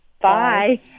Bye